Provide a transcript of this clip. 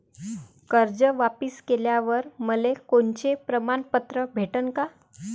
कर्ज वापिस केल्यावर मले कोनचे प्रमाणपत्र भेटन का?